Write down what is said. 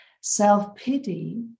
Self-pity